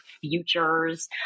futures